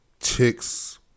chicks